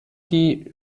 die